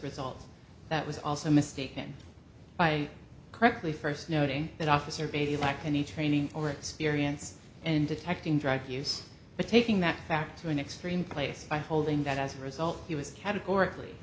result that was also mistaken by correctly first noting that officer beatty lacked any training or experience in detecting drug use but taking that fact to an extreme place by holding that as a result